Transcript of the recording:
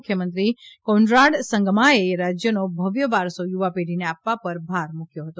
મુખ્યમંત્રી કોનરાડ સંગમાએ રાજયનો ભવ્ય વારસો યુવાપેઢીને આપવા પર ભાર મૂક્યો હતો